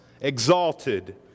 exalted